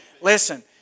listen